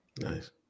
nice